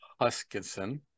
Huskinson